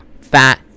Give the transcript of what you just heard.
fat